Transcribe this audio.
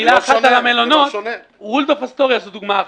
מילה אחת על המלונות: "וולדורף אסטוריה" זה דוגמה אחת,